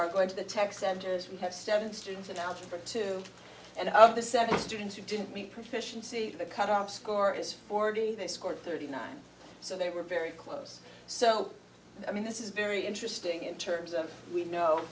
are going to the tech centers we have seven students in algebra two and of the seven students who didn't meet proficiency the cutoff score is forty they scored thirty nine so they were very close so i mean this is very interesting in terms of we know